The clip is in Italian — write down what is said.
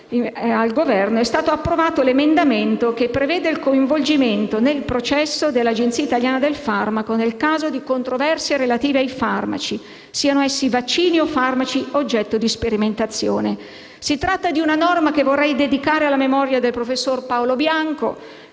del Governo, è stato approvato l'emendamento che prevede il coinvolgimento nel processo dell'Agenzia italiana del farmaco nel caso di controversie relative ai farmaci, siano essi vaccini o farmaci oggetto di sperimentazione. Si tratta di una norma che vorrei dedicare alla memoria del professor Paolo Bianco